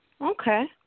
Okay